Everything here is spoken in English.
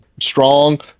strong